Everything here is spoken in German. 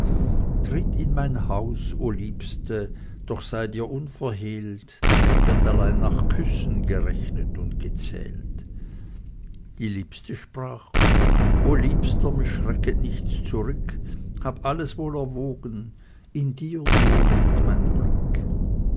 tritt in mein haus o liebste doch sei dir unverhehlt drin wird allein nach küssen gerechnet und gezählt die liebste sprach o liebster mich schrecket nichts zurück hab alles wohl erwogen in dir nur lebt mein glück